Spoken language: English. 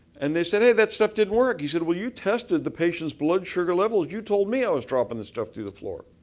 and they said, hey, that stuff didn't work. he said, well you tested the patient's blood sugar level. you told me i was dropping the stuff through the floor.